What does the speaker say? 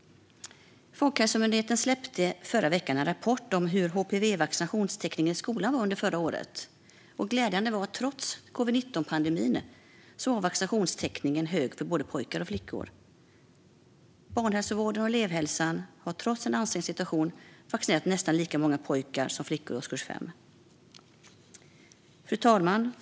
Folkhälsomyndigheten släppte förra veckan en rapport om hur vaccinationstäckningen för HPV var i skolan under förra året. Glädjande nog var vaccinationstäckningen hög för både pojkar och flickor, trots covid-19-pandemin. Barnhälsovården och elevhälsan har trots en ansträng situation vaccinerat nästan lika många pojkar som flickor i årskurs 5. Fru talman!